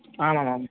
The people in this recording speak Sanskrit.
आमामाम्